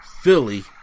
Philly